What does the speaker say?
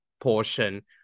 portion